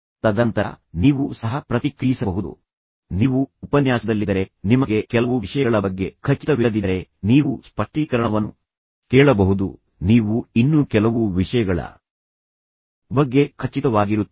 ತದನಂತರ ನೀವು ಸಹ ಪ್ರತಿಕ್ರಿಯಿಸಬಹುದು ನೀವು ಉಪನ್ಯಾಸದಲ್ಲಿದ್ದರೆ ನಿಮಗೆ ಕೆಲವು ವಿಷಯಗಳ ಬಗ್ಗೆ ಖಚಿತವಿಲ್ಲದಿದ್ದರೆ ನೀವು ಸ್ಪಷ್ಟೀಕರಣವನ್ನು ಕೇಳಬಹುದು ನೀವು ಇನ್ನೂ ಕೆಲವು ವಿಷಯಗಳ ಬಗ್ಗೆ ಖಚಿತವಾಗಿರುತ್ತೀರಿ ಆದರೆ ಅದು ಈ ದಿಕ್ಕಿನಲ್ಲಿ ಸಾಗುತ್ತಿದೆಯೇ ಎಂದು ನೀವು ನಿಮ್ಮ ಮನಸ್ಸಿನಲ್ಲಿ ನೀವು ಯೋಚಿಸಿದ ರೀತಿಯಲ್ಲಿ ತಿಳಿದುಕೊಳ್ಳಲು ಬಯಸುತ್ತೀರಿ